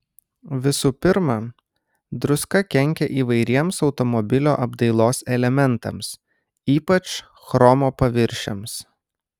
visų pirma druska kenkia įvairiems automobilio apdailos elementams ypač chromo paviršiams